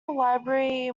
library